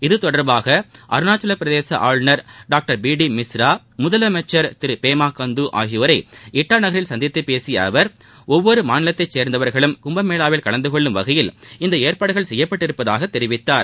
இது தொடர்பாக அருணாச்சலப்பிரதேச ஆளுநர் டாக்டர் பி டி மிஸ்ரா முதலமைச்சர் திரு பெமாகாண்டு ஆகியோரை இட்டா நகரில் சந்தித்து பேசிய அவர் ஒவ்வொரு மாநிலத்தைச்சேர்ந்தவர்களும் கும்பமேளாவில் கலந்தகொள்ளும் வகையில் இந்த ஏற்பாடுகள் செய்யப்பட்டுள்ளதாக தெரிவித்தார்